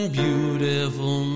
beautiful